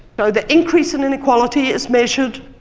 so the increase in inequality is measured